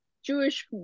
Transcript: Jewish